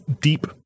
deep